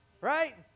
Right